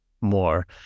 more